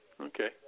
Okay